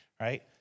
right